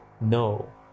no